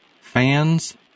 Fans